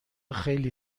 خیلی